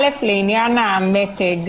א', לעניין המתג,